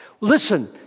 Listen